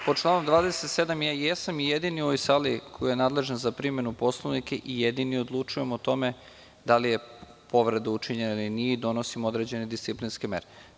Po članu 27. ja jesam i jedini u ovoj sali, koji je nadležan za primenu Poslovnika i jedini odlučujem o tome da li je povreda učinjena ili nije i donosim određene disciplinske mere.